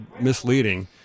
misleading